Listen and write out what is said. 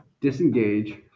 disengage